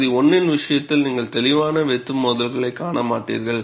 பகுதி 1 இன் விஷயத்தில் நீங்கள் தெளிவான வெட்டு மோதல்களைக் காண மாட்டீர்கள்